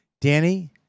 Danny